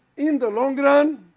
in the long run,